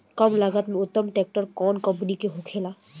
कम लागत में उत्तम ट्रैक्टर कउन कम्पनी के होखेला?